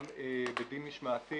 גם בדין משמעתי